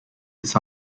his